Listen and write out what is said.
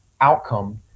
outcome